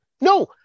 No